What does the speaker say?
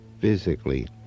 physically